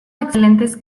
excelentes